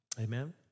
Amen